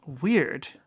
Weird